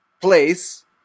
place